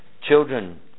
Children